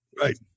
right